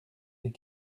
des